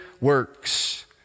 works